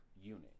unit